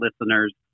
listener's